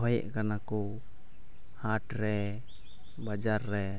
ᱦᱚᱦᱚᱭᱮᱫ ᱠᱟᱱᱟ ᱠᱚ ᱦᱟᱴ ᱨᱮ ᱵᱟᱡᱟᱨ ᱨᱮ